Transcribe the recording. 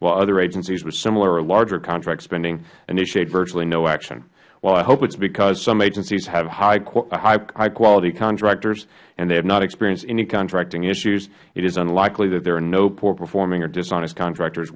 while other agencies with similar or larger contract spending initiative virtually no action while i hope it is because some agencies have high quality contractors and they have not experienced any contracting issues it is unlikely that there are no poor performing or dishonest contractors